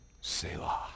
Selah